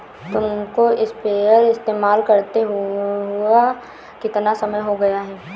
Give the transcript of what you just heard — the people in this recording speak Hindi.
तुमको स्प्रेयर इस्तेमाल करते हुआ कितना समय हो गया है?